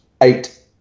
eight